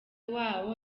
wabo